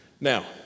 Now